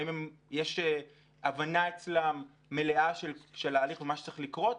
והאם יש הבנה מלאה אצלם של ההליך ומה שצריך לקרות,